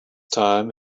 time